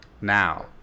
Now